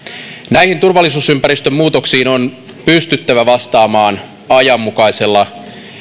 näihin turvallisuusympäristön muutoksiin on pystyttävä vastaamaan ajanmukaisella